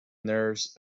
nerves